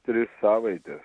tris savaites